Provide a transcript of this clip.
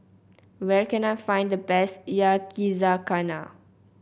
where can I find the best Yakizakana